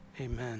amen